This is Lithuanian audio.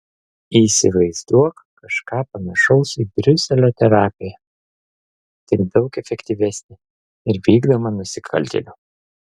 įsivaizduok kažką panašaus į briuselio terapiją tik daug efektyvesnę ir vykdomą nusikaltėlių